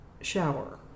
shower